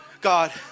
God